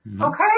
Okay